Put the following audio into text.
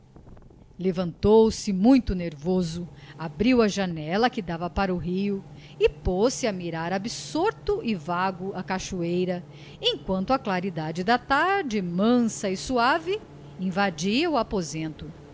levantou-se muito nervoso abriu a janella que dava para o rio e poz-se a mirar absorto e vago a cachoeira emquanto a claridade da tarde mansa e suave invadia o aposento